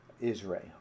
Israel